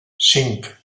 cinc